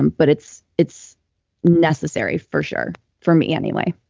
and but it's it's necessary for sure for me anyway